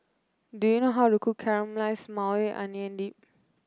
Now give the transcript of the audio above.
do you know how to cook Caramelized Maui Onion Dip